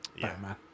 Batman